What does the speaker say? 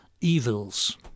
evils